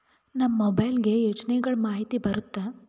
ನಮ್ ಮೊಬೈಲ್ ಗೆ ಯೋಜನೆ ಗಳಮಾಹಿತಿ ಬರುತ್ತ?